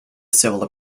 civil